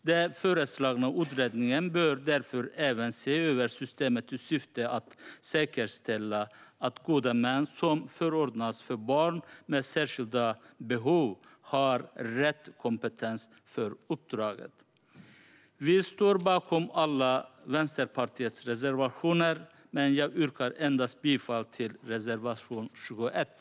Den föreslagna utredningen bör därför även se över systemet i syfte att säkerställa att gode män som förordnas för barn med särskilda behov har rätt kompetens för uppdraget. Vi står bakom alla Vänsterpartiets reservationer, men jag yrkar endast bifall till reservation 21.